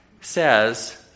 says